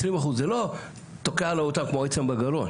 זה לא תוקע לו אותם כמו עצם בגרון.